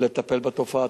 לטפל בתופעה.